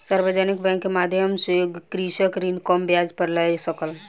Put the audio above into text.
सार्वजानिक बैंक के माध्यम सॅ कृषक ऋण कम ब्याज पर लय सकल